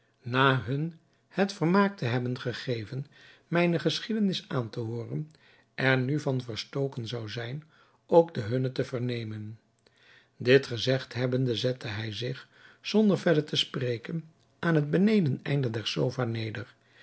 na hun het vermaak te hebben gegeven mijne geschiedenis aan te hooren er nu van verstoken zou zijn ook de hunne te vernemen dit gezegd hebbende zette hij zich zonder verder te spreken aan het benedeneinde der sofa neder